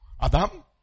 Adam